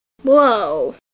whoa